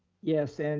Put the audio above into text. yes, and